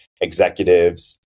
executives